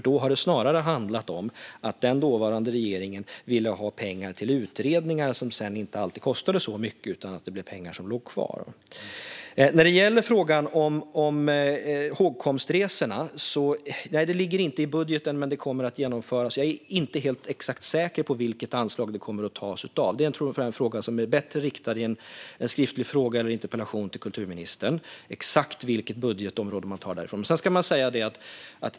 Då har det snarare handlat om att den dåvarande regeringen ville ha pengar till utredningar som sedan inte alltid kostade så mycket, varför det blev pengar som låg kvar. När det gäller frågan om hågkomstresorna ligger dessa inte i den här budgeten men kommer att genomföras. Jag är inte helt säker på exakt från vilket anslag pengarna kommer att tas. Det tror jag är en fråga som bäst riktas till kulturministern i en skriftlig fråga eller interpellation.